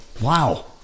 Wow